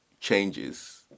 changes